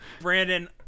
Brandon